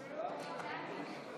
תודה.